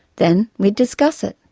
then we'd discuss it.